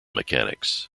mechanics